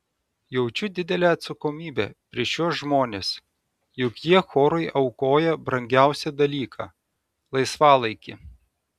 jaučiu didelę atsakomybę prieš šiuos žmones juk jie chorui aukoja brangiausią dalyką laisvalaikį